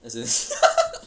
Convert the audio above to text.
as in